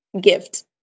gift